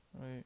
right